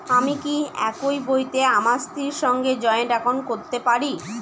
আমি কি একই বইতে আমার স্ত্রীর সঙ্গে জয়েন্ট একাউন্ট করতে পারি?